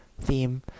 theme